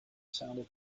sounded